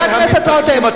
חבר הכנסת רותם.